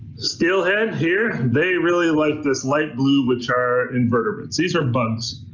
steelhead here, they really liked this light blue, which are invertebrates. these are bugs.